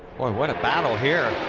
what a battle here.